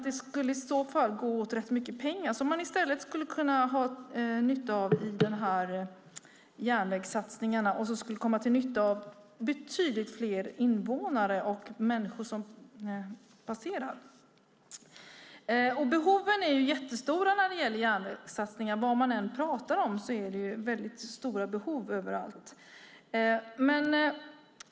Det skulle gå åt rätt mycket pengar som man i stället kunde ha nytta av i järnvägssatsningarna. Det skulle komma till nytta för betydligt fler invånare. Behoven är jättestora när det gäller järnvägssatsningar. Det är stora behov överallt.